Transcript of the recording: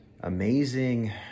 amazing